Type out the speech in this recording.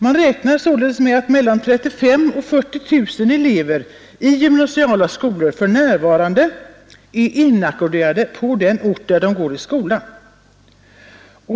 Man räknar således med att mellan 35 000 och 40 000 elever i gymnasiala skolor för närvarande är inackorderade på den ort där de går i skola.